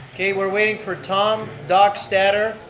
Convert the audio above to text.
okay, we're waiting for tom dockstader,